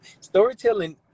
Storytelling